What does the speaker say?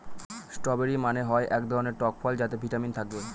strawberry মানে হয় এক ধরনের টক ফল যাতে ভিটামিন থাকে